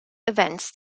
events